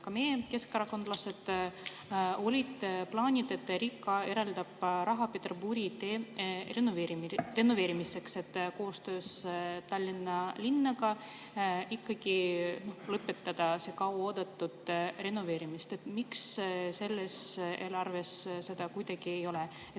ka keskerakondlased, olid plaanid, et riik eraldab raha Peterburi tee renoveerimiseks, et koostöös Tallinna linnaga ikkagi lõpetada see kauaoodatud renoveerimine. Miks seda selles eelarves kuidagi ei ole